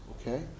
Okay